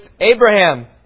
Abraham